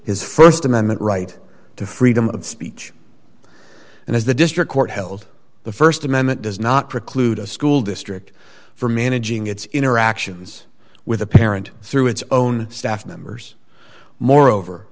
his st amendment right to freedom of speech and as the district court held the st amendment does not preclude a school district for managing its interactions with the parent through its own staff members moreover